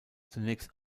zunächst